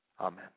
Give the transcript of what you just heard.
Amen